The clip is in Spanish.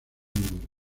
número